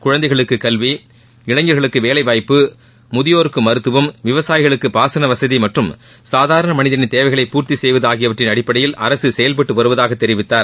குழந்தைகளுக்கு கல்வி இளைஞர்களுக்கு வேலைவாய்ப்பு முதியோருக்கு மருத்துவம் விவசாயிகளுக்கு பாசனவசதி மற்றும் சாதாரண மனிதனின் தேவைகளை பூர்த்தி செய்வது ஆகியவற்றின் அடிப்படையில் அரசு செயல்பட்டு வருவதாக தெரிவித்தார்